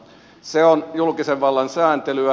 se on julkisen vallan sääntelyä